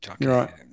Right